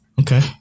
Okay